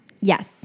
yes